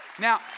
now